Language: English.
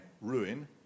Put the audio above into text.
ruin